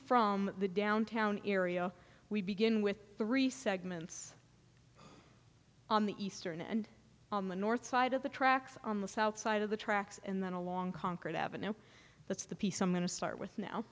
from the downtown area we begin with three segments on the eastern and on the north side of the tracks on the south side of the tracks and then along concord avenue that's the piece i'm going to start with now